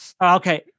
Okay